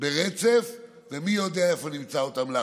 ברצף ומי יודע איפה נמצא אותם.